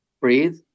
Breathe